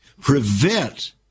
Prevent